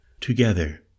Together